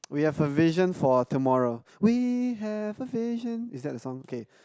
we have a vision for tomorrow we have a vision is that the song okay